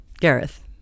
Gareth